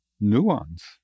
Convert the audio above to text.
nuance